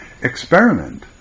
experiment